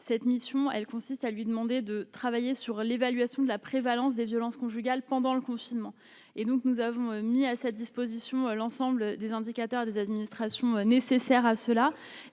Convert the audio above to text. cette mission, elle consiste à lui demander de travailler sur l'évaluation de la prévalence des violences conjugales pendant le confinement et donc nous avons mis à sa disposition l'ensemble des indicateurs des administrations nécessaires à cela